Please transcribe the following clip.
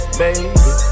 baby